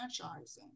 franchising